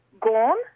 gone